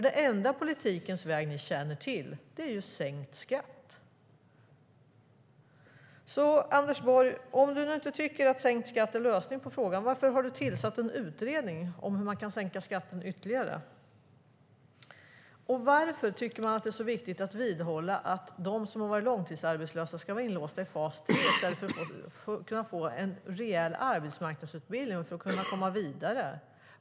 Den enda politikens väg ni känner till är sänkt skatt. Om du nu inte tycker att sänkt skatt är lösningen på frågan, Anders Borg, varför har du då tillsatt en utredning om hur man kan sänka skatten ytterligare? Varför tycker man att det är så viktigt att vidhålla att de som har varit långtidsarbetslösa ska vara inlåsta i fas 3 i stället för att kunna få en rejäl arbetsmarknadsutbildning och kunna komma vidare?